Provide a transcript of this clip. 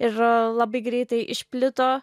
ir labai greitai išplito